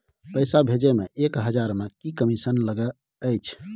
पैसा भैजे मे एक हजार मे की कमिसन लगे अएछ?